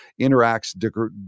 Interacts